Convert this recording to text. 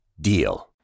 DEAL